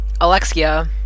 Alexia